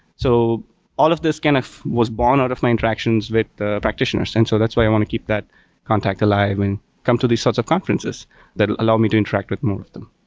so all of these kind of was born out of my interactions with the practitioners. and so that's why i want to keep that contact alive and come to these sorts of conferences that will allow me to interact with more of them.